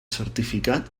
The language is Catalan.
certificat